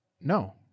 No